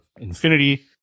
Infinity